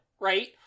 right